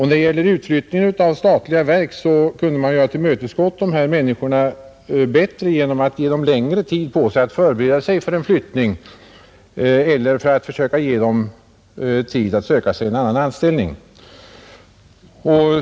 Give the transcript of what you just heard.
När det gäller utflyttning av statliga verk kunde man ha tillmötesgått dessa människor bättre genom att ge dem längre tid att förbereda sig för en flyttning eller att söka sig en annan anställning.